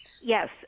Yes